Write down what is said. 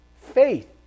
Faith